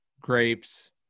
grapes